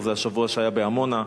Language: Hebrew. זה השבוע שהיה בעמונה,